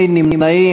אין נמנעים.